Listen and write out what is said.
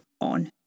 on